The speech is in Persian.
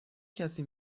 کسی